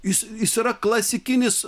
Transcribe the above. jis jis yra klasikinis